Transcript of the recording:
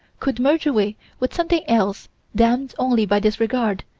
could merge away with something else damned only by disregard,